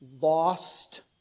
lost